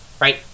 right